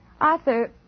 Arthur